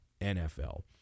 NFL